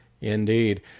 Indeed